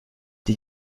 die